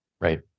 Right